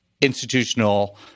institutional